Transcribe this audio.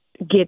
get